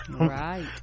Right